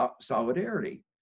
solidarity